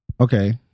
Okay